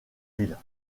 ville